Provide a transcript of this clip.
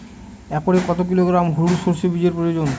একরে কত কিলোগ্রাম হলুদ সরষে বীজের প্রয়োজন?